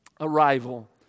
arrival